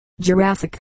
Jurassic